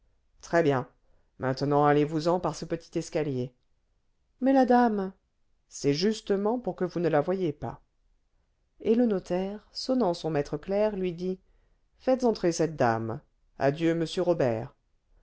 très-bien maintenant allez-vous-en par ce petit escalier mais la dame c'est justement pour que vous ne la voyiez pas et le notaire sonnant son maître clerc lui dit faites entrer cette dame adieu monsieur robert